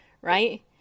right